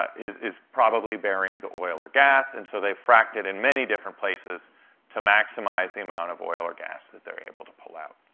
is is probably bearing the oil or gas. and so they've fracked it in many different places to maximize the amount of oil or gas that they're able to pull out.